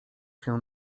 się